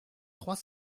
trois